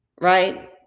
right